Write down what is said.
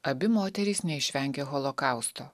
abi moterys neišvengė holokausto